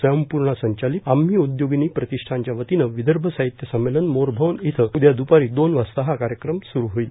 स्वयंपूर्णा संचालित आम्ही उद्योगिनी प्रतिष्टानच्या वतीनं विदर्भ साहित्य संमेलन मोरभवन इथं उद्या द्रपारी दोन वाजता हा कार्यक्रम स्रू होईल